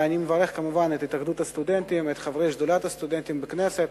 אני מברך כמובן את התאחדות הסטודנטים ואת חברי שדולת הסטודנטים בכנסת,